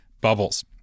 bubbles